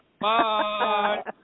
Bye